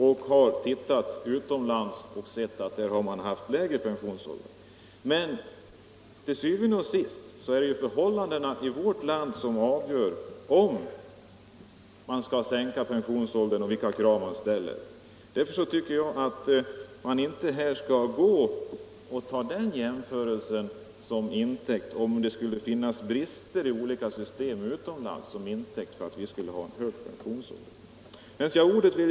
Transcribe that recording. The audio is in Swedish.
Vi har då som sagt funnit att man utomlands ofta har lägre pensionsålder. Men til syvende og sidst är det förhållandena i vårt land som avgör om pensionsåldern skall sänkas och vilka krav 69 man därvid skall ställa. Därför tycker jag inte att brister i pensionssystem utomlands skall tas som intäkt för att vi skall behålla en hög pensionsålder i vårt land.